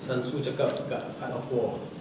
sun tzu cakap dekat art of war